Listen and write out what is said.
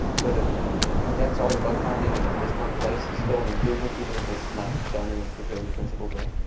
so to condense all the bug finding and in this one place is still an improvement, even if it's not done in a particularly principled way.